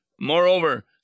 Moreover